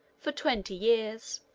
for twenty years.